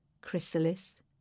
Chrysalis